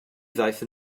ddaeth